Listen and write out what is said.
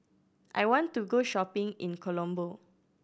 I want to go shopping in Colombo